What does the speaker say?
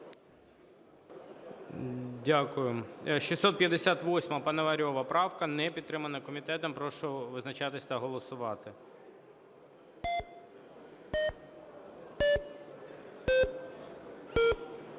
Дякую. 658-а Пономарьова правка. Не підтримана комітетом. Прошу визначатися та голосувати.